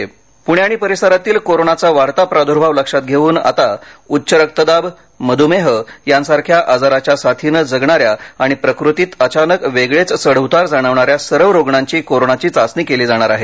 Pune corona Pune आणि परिसरातील कोरोनाचा वाढता प्रादुर्भाव लक्षात घेऊन आता उच्च रक्तदाब मध्मेह यासारख्या आजाराच्या साथीनं जगणाऱ्या आणि प्रकृतीत अचानक वेगळेच चढ उतार जाणवणाऱ्या सर्व रुग्णांची कोरोनाची चाचणी केली जाणार आहे